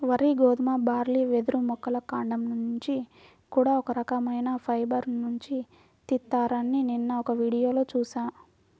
వరి, గోధుమ, బార్లీ, వెదురు మొక్కల కాండం నుంచి కూడా ఒక రకవైన ఫైబర్ నుంచి తీత్తారని నిన్న ఒక వీడియోలో చూశా